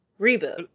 reboot